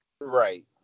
Right